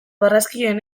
barraskiloen